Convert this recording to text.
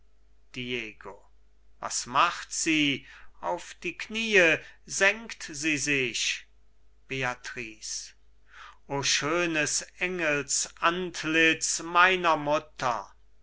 was macht sie auf die kniee senkt sie sich beatrice ich schönes engelsantlitz meiner mutter